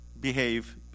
behave